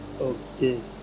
okay